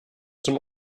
zum